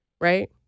right